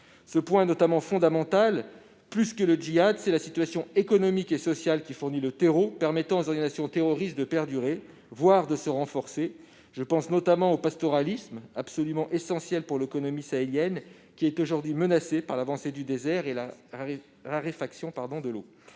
Ce point est fondamental. Plus que le djihad, c'est la situation économique et sociale qui fournit le terreau permettant aux organisations terroristes de perdurer, voire de se renforcer. J'ai notamment à l'esprit le pastoralisme, absolument essentiel pour l'économie sahélienne, qui est aujourd'hui menacé par l'avancée du désert et la raréfaction de l'eau,